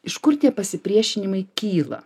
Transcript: iš kur tie pasipriešinimai kyla